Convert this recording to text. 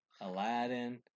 Aladdin